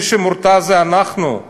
מי שמורתע זה אנחנו: